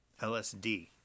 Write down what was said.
LSD